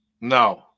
No